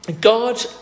God